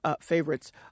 favorites